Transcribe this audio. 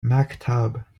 maktub